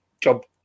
job